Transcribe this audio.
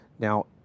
Now